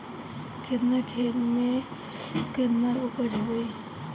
केतना खेत में में केतना उपज होई?